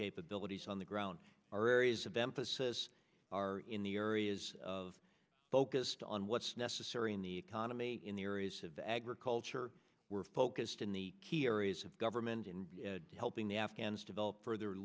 capabilities on the ground our areas of emphasis are in the areas of focused on what's necessary in the economy in the areas of agriculture we're focused in the key areas of government in helping the afghans develop further